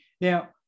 Now